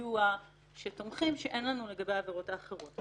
סיוע תומכים, שאין לנו לגבי עבירות אחרות.